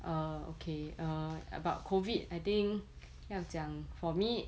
err okay err about COVID I think 要讲 for me